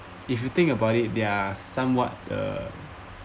if you think about it they are somewhat the